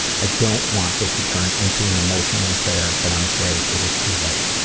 i don't want this to turn into an emotional affair, but i'm afraid it is too late.